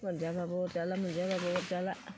मोनजाबाबो अरजाला मोनजायाबाबो अरजाला